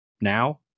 now